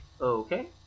Okay